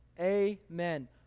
Amen